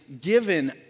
given